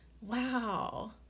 Wow